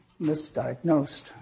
misdiagnosed